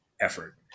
effort